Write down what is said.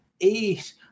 eight